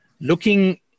looking